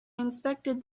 inspected